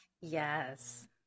yes